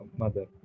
mother